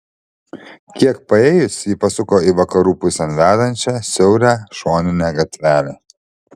kiek paėjus ji pasuko į vakarų pusėn vedančią siaurą šoninę gatvelę